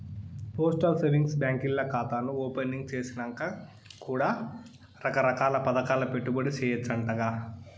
postal savings బాంకీల్ల కాతాను opening సేసినంక కూడా రకరకాల్ల పదకాల్ల పెట్టుబడి సేయచ్చంటగా